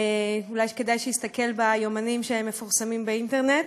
אולי כדאי שיסתכל ביומנים שמפורסמים באינטרנט.